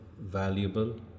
valuable